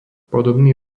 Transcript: podobný